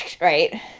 right